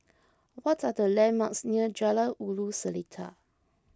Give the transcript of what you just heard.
what are the landmarks near Jalan Ulu Seletar